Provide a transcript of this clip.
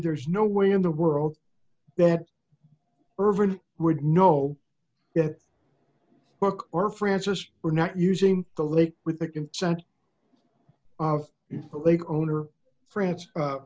there is no way in the world that irving would know that book or francis were not using the lake with the consent of the lake owner france